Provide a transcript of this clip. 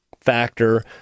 factor